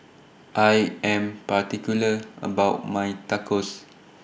I Am particular about My Tacos